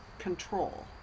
control